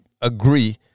agree